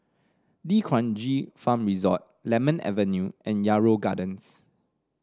D'Kranji Farm Resort Lemon Avenue and Yarrow Gardens